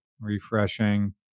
refreshing